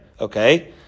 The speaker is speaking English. Okay